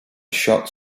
shots